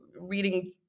reading